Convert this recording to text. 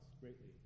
greatly